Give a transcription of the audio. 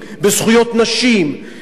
בזכויות נשים,